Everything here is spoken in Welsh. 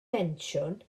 pensiwn